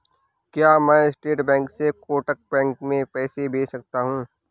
क्या मैं State Bank से कोटक बैंक में पैसे भेज सकता हूँ?